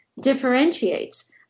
differentiates